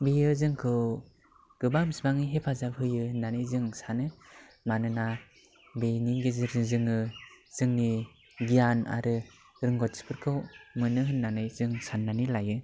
बियो जोंखौ गोबां बिबाङै हेफाजाब होयो होननानै जों सानो मानोना बेनि गेजेरजों जोङो जोंनि गियान आरो रोंगौथिफोरखौ मोनो होनानै जों साननानै लायो